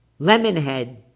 lemonhead